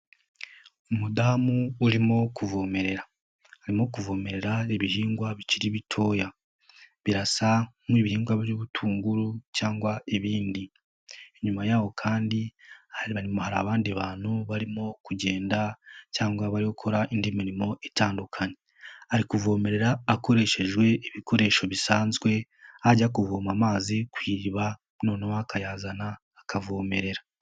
Umudamu urimo kuvomerera, arimo kuvomere ibihingwa bikiri bitoya, birasa n'ibihinbwa by'ubutunguru cyangwa ibindi, inyuma y'aho kandi hari abandi bantu barimo kugenda cyangwa bari gukora indi mirimo itandukanye, ari kuvomerera akoreshejwe ibikoresho bisanzwe ajya kuvoma amazi ku iriba noneho akayazana akavomerera.